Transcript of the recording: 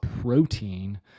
protein